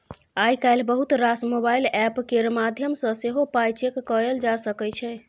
आइ काल्हि बहुत रास मोबाइल एप्प केर माध्यमसँ सेहो पाइ चैक कएल जा सकै छै